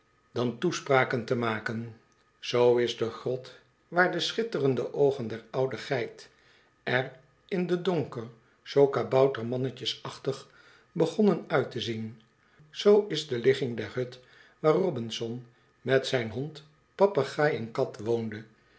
dan toespraken te maken zoo is de grot waar de schitterende oogen deioude geit er in den donker zoo kaboutermannetjesachtig begonnen uit te zien zoo is de ligging der hut waar robinson met zijn hond papegaai en kat woonde